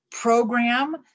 program